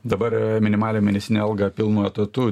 dabar minimalią mėnesinę algą pilnu etatu